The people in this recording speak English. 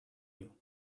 you